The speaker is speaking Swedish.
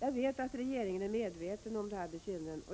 Jag vet att regeringen är medveten om de här bekymren.